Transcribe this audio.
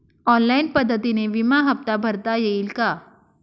Online पद्धतीने विमा हफ्ता भरता येईल का?